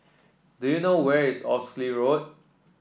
do you know where is Oxley Road